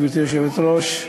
גברתי היושבת-ראש,